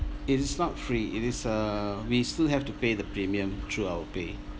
it's not free it is err we still have to pay the premium through our pay